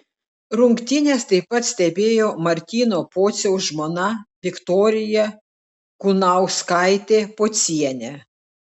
rungtynes taip pat stebėjo martyno pociaus žmona viktorija kunauskaitė pocienė